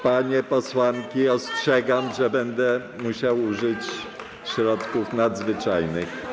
Panie posłanki, ostrzegam, że będę musiał użyć środków nadzwyczajnych.